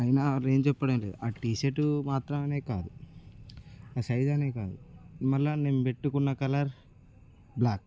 అయినా వాళ్ళేం చెప్పడం లేదు ఆ టీషర్ట్ మాత్రమనే కాదు ఆ సైజ్ అనే కాదు మళ్ళా నేను పెట్టుకున్న కలర్ బ్ల్యాక్